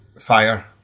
fire